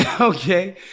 okay